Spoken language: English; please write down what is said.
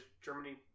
Germany